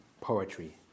Poetry